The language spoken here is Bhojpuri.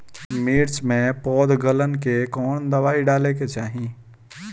मिर्च मे पौध गलन के कवन दवाई डाले के चाही?